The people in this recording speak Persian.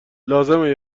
لازمه